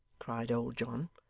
cried old john,